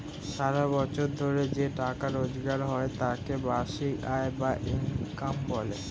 সারা বছর ধরে যে টাকা রোজগার হয় তাকে বার্ষিক আয় বা ইনকাম বলে